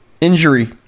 injury